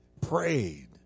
prayed